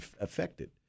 affected